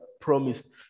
promised